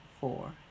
four